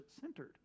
centered